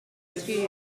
studios